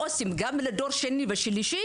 ולעשות את זה גם לדור שני ושלישי.